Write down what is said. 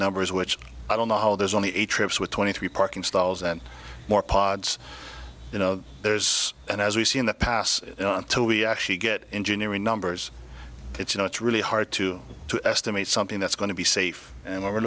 numbers which i don't know how there's only a trips with twenty three parking stalls and more pods you know there's and as we see in the past two we actually get engineering numbers it's you know it's really hard to to estimate something that's going to be safe and we